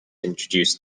introduced